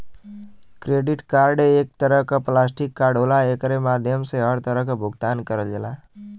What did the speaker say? credit card एक तरे क प्लास्टिक कार्ड होला एकरे माध्यम से हर तरह क भुगतान करल जाला